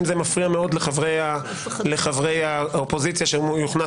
אם זה מפריע מאוד לחברי האופוזיציה שהוא יוכנס